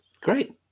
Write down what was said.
Great